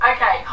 Okay